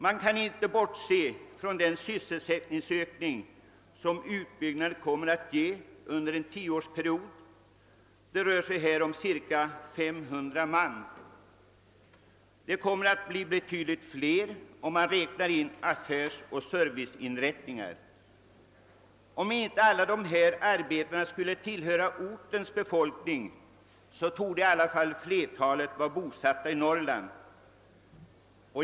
Man kan inte bortse från den sysselsättningsökning som utbyggnaden kommer att ge under en tioårsperiod. Det rör sig här om arbete för cirka 500 man. Det kommer att bli betydligt flera, om man räknar in affärsoch serviceinrättningar. Om inte alla dessa arbetare skulle tillhöra ortens befolkning, så torde i alla fall flertalet vara bosatta i Norrland.